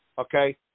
okay